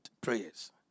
prayers